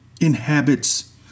inhabits